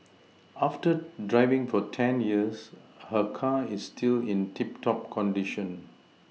after driving for ten years her car is still in tip top condition